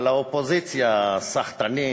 על האופוזיציה הסחטנית